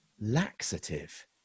laxative